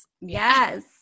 Yes